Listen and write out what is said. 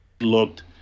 looked